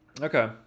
Okay